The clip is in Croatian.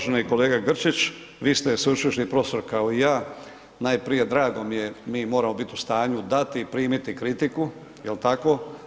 Uvaženi kolega Grčić, vi ste sveučilišni profesor, kao i ja, najprije drago mi je, mi moramo bit u stanju dati i primiti kritiku, jel tako?